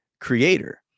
creator